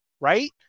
right